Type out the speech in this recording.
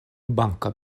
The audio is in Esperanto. banka